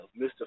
Mr